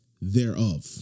thereof